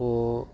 ᱠᱚ